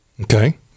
Okay